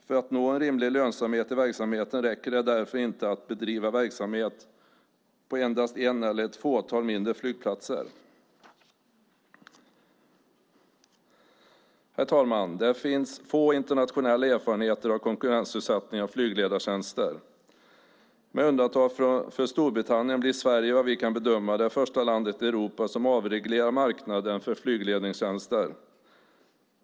För att nå en rimlig lönsamhet i verksamheten räcker det därför inte att bedriva verksamhet på endast en eller ett fåtal mindre flygplatser. Herr talman! Det finns få internationella erfarenheter av konkurrensutsättning av flygledartjänsterna. Med undantag för Storbritannien blir Sverige, vad vi kan bedöma, det första landet i Europa som avreglerar marknaden för flygledningstjänster.